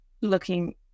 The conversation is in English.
looking